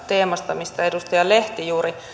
teemasta mistä edustaja lehti juuri